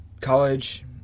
college